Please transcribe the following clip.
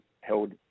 held